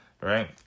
Right